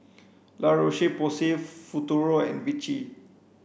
La Roche Porsay Futuro and Vichy